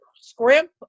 scrimp